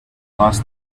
lost